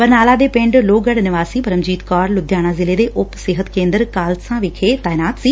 ਬਰਨਾਲਾ ਦੇ ਪਿੰਡ ਲੋਹਗੜੁ ਨਿਵਾਸੀ ਪਰਮਜੀਤ ਕੌਰ ਲੁਧਿਆਣਾ ਜ਼ਿਲੇ ਦੇ ਉਪ ਸਿਹਤ ਕੇਂਦਰ ਕਾਲਸਾਂ ਵਿਖੇ ਤਾਇਨਾਤ ਸੀ